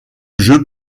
jeu